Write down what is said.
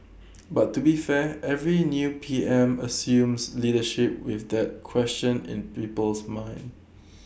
but to be fair every new P M assumes leadership with that question in people's minds